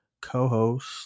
co-host